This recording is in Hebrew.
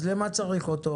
אז למה צריך אותו?